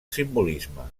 simbolisme